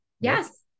Yes